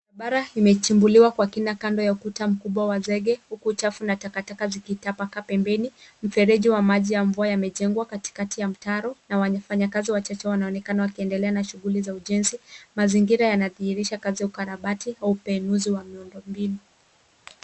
Bara imechimbuliwa kwa kina kando ya ukuta mkubwa wa zege huku uchafu na takataka zikitapakaa pembeni. Mfereji wa maji ya mvua yamejengwa katikati ya mtaro na wafanyikazi wachache wanaonekana wakiendelea na shughuli za ujenzi. Mazingira yanadhihirisha kazi ya ukarabati au upanuzi wa miundombinu.